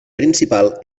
principal